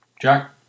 Jack